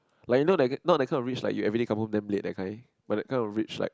like you know not that kind of rich like you everyday come home damn late that kind but the kind of rich like